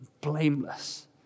blameless